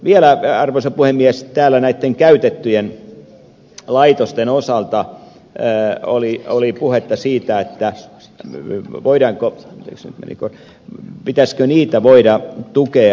vielä arvoisa puhemies käytettyjen laitosten osalta oli puhetta siitä että se myy voidaanko kyse melko pitäisikö niidenkin voida tukee